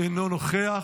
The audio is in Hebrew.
אינו נוכח,